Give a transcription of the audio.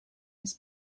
his